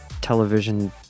television